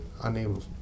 unable